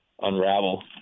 unravel